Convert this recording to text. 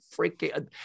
freaking